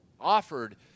offered